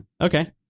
okay